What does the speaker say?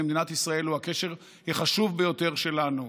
למדינת ישראל הוא הקשר החשוב ביותר שלנו.